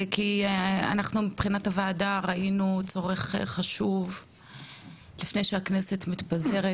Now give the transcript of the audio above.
כי אנחנו מבחינת הוועדה ראינו צורך חשוב לפני שהכנסת מתפזרת,